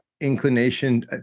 inclination